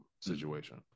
situation